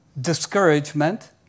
discouragement